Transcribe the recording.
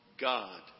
God